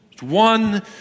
One